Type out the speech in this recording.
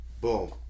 boom